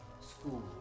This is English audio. School